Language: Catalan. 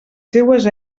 seues